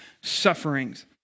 sufferings